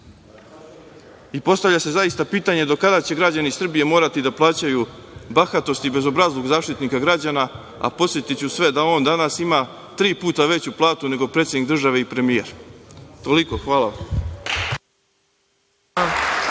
Postavlja se, zaista, pitanje do kada će građani Srbije morati da plaćaju bahatost i bezobrazluk Zaštitnika građana, a podsetiću sve da on danas ima tri puta veću platu nego predsednik države i premijer? Toliko, hvala.